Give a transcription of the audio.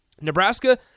Nebraska